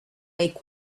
make